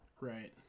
Right